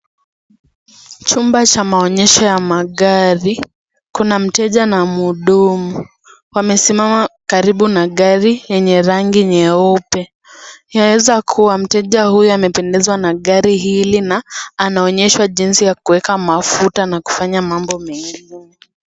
Chumba cha maonyesho ya magari, kuna mteja na mhudumu wamesimama karibu na gari yenye rangi nyeupe, yaweza kuwa mteja huyo amependezwa na gari hili na anaonyeshwa jinsi ya kuweka mafuta na kufanya mambo mengine.